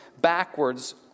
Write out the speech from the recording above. backwards